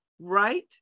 right